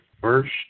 first